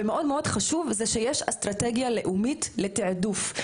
ומאוד מאוד חשוב, שיש אסטרטגיה לאומית לתעדוף.